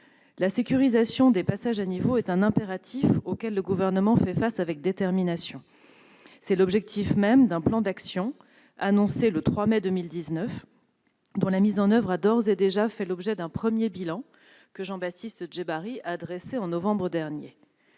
La sécurisation des passages à niveau est un impératif auquel le Gouvernement fait face avec détermination. C'est l'objectif même d'un plan d'action annoncé le 3 mai 2019, dont la mise en oeuvre a d'ores et déjà fait l'objet d'un premier bilan, que Jean-Baptiste Djebbari a dressé en novembre dernier.